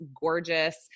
gorgeous